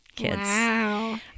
Wow